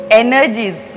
energies